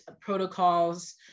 protocols